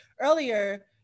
earlier